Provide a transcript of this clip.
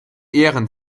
ähren